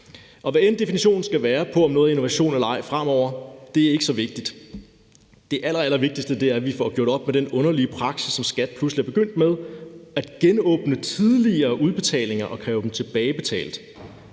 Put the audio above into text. Hvad definitionen fremover skal være på, om noget er innovation eller ej, er ikke så vigtigt. Det allerallervigtigste er, at vi får gjort op med den underlige praksis, som skattemyndighederne pludselig er begyndt på, nemlig at genåbne tidligere udbetalinger og kræve dem tilbagebetalt.